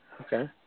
Okay